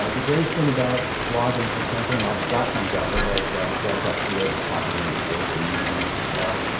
ah the greatest thing about blogging, for example, and a lot of the platforms out there, like ah dev to to yeah is a popular one these days, or medium as well,